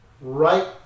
right